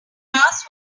grass